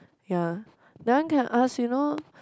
ya that one can ask you know